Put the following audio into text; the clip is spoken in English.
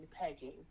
pegging